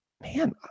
man